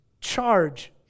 charge